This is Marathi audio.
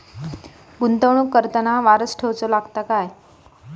गुंतवणूक करताना वारसा ठेवचो लागता काय?